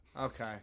Okay